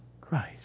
Christ